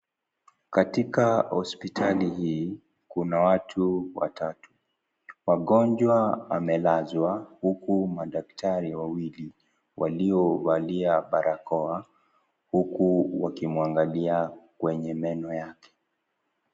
Katika hosipitali hii, kuna watu watatu. Wagonjwa, amelazwa, huku madaktari wawili, waliovalia balakoa, huku wakimwangalia kwenye meno yake.